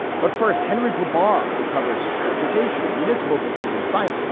but first, henry agrabah, who covers transportation and municipal decision science.